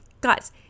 Guys